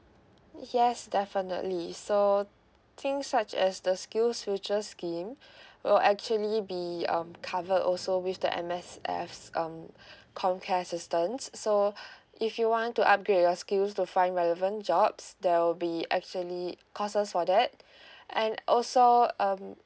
yes definitely so things such as the skills future scheme will actually be um covered also with the M_S_F um comcare assistance so if you want to upgrade your skills to find relevant jobs there will be actually courses for that and also um